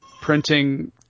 printing